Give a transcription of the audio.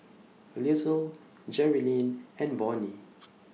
Little Jerilyn and Vonnie